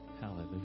Hallelujah